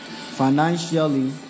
financially